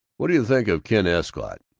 what do you think of ken escott?